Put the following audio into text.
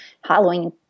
Halloween